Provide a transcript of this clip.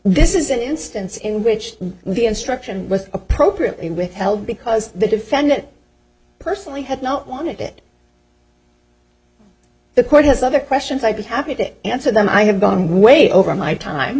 this is an instance in which the instruction was appropriately withheld because the defendant personally had not wanted it the court has other questions i'd be happy to answer them i have gone way over my time